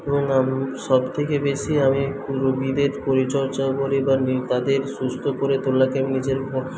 এবং আমি সব থেকে বেশি আমি কোনও বিভেদ পরিচর্যা করে বা তাদের সুস্থ করে তোলাকে আমি নিজের